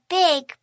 big